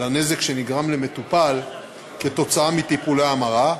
הנזק שנגרם למטופל כתוצאה מטיפולי המרה,